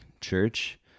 church